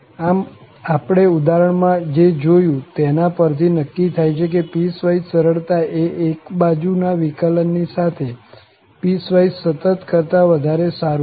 આમ આપણે ઉદાહરણ માં જે જોયું તેના પરથી નક્કી થાય કે પીસવાઈસ સરળતા એ એક બાજુ ના વિકલન ની સાથે પીસવાઈસ સતત કરતા વધારે સારું છે